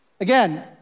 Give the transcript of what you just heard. Again